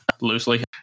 loosely